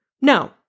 No